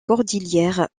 cordillère